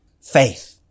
Faith